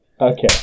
Okay